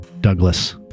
Douglas